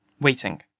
waiting